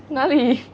哪里